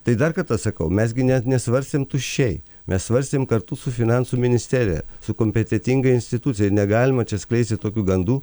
tai dar kartą sakau mes gi net nesvarstėm tuščiai mes svarstėm kartu su finansų ministerija su kompetentinga institucija ir negalima čia skleisti tokių gandų